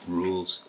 rules